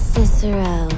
Cicero